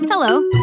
Hello